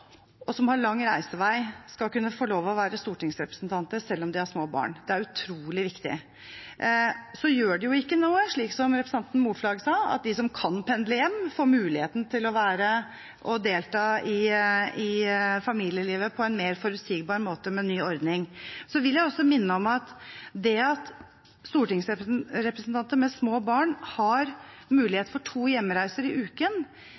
og som har lang reisevei, skal kunne få lov til å være stortingsrepresentanter selv om de har små barn. Det er utrolig viktig. Så gjør det jo ikke noe, slik representanten Moflag sa, at de som kan pendle hjem, får muligheten til å delta i familielivet på en mer forutsigbar måte med den nye ordningen. Jeg vil også minne om at det at stortingsrepresentanter med små barn har mulighet til to hjemreiser i uken,